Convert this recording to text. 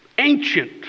Ancient